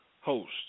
host